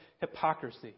hypocrisy